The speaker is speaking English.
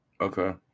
Okay